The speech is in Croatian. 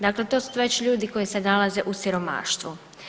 Dakle, to su već ljudi koji se nalaze u siromaštvu.